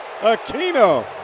Aquino